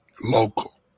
local